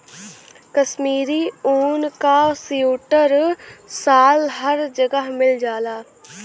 कशमीरी ऊन क सीवटर साल हर जगह मिल जाला